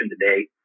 today